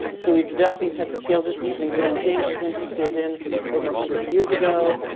so we've developed these types of scales. this is something william james was interested in over a hundred years ago,